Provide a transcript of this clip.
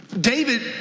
David